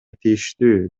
тийиштүү